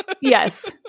Yes